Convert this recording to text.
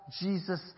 Jesus